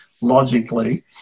logically